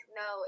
no